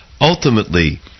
Ultimately